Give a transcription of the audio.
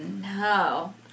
no